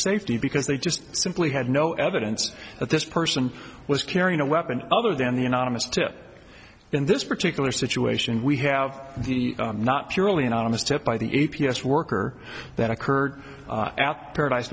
safety because they just simply had no evidence that this person was carrying a weapon other than the unanimous tip in this particular situation we have the not purely anonymous tip by the a p s worker that occurred at paradise